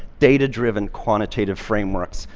data-driven quantitative frameworks.